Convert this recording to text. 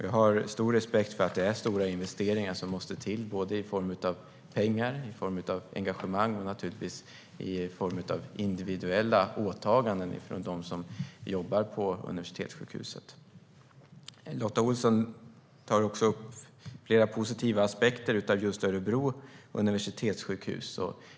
Jag har stor respekt för att det är stora investeringar som måste till i form av både pengar och engagemang och naturligtvis i form av individuella åtaganden från dem som jobbar på universitetssjukhuset. Lotta Olsson tar också upp flera positiva aspekter av just Örebro universitetssjukhus.